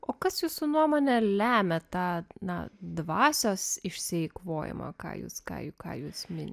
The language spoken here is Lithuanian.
o kas jūsų nuomone lemia tą na dvasios išsieikvojome kajus kajų kajus mini